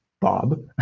Bob